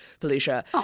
Felicia